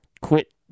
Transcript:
Quit